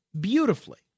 beautifully